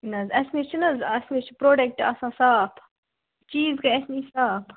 نہَ حظ اَسہِ نِش چھُنہٕ حظ اَسہِ نِش چھُ پرٛوڈٮ۪کٹ آسان صاف چیٖز گٔے اَسہِ نِش صاف